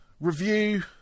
review